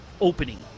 opening